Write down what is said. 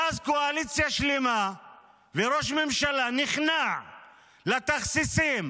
ואז קואליציה שלמה וראש ממשלה נכנעים לתכסיסים